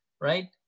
right